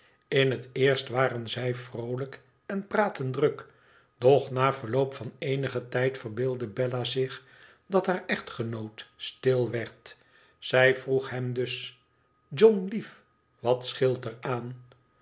in het eerst waren zij vroolijk en praatten druk doch na verloop van eenigen tijd verbeeldde bella zich dat haar echtgenoot stil werd zij vroeg hem dus john lieff wat scheelt er aan